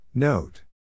Note